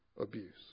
Abuse